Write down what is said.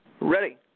Ready